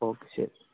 okay ശരി